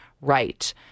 right